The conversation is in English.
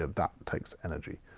that takes energy.